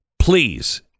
Please